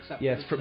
Yes